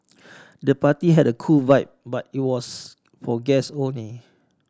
the party had a cool vibe but it was for guests only